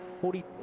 forty